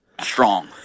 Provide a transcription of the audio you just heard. strong